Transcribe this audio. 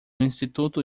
instituto